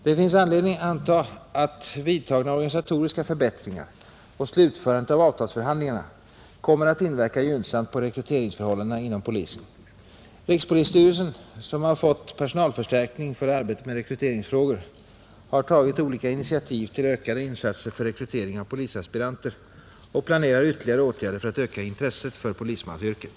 Det finns anledning anta att vidtagna organisatoriska förbättringar och slutförandet av avtalsförhandlingarna kommer att inverka gynnsamt på rekryteringsförhållandena inom polisväsendet, Rikspolisstyrelsen — som har fått personalförstärkning för arbetet med rekryteringsfrågor — har tagit olika initiativ till ökade insatser för rekrytering av polisaspiranter och planerar ytterligare åtgärder för att öka intresset för polismansyrket.